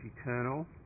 eternal